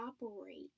operate